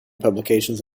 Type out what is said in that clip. publications